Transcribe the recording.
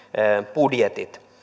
budjetit